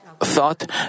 thought